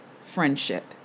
friendship